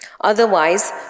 Otherwise